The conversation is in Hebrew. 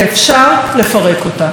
ואפשר לפרק אותה.